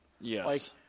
Yes